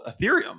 Ethereum